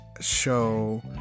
show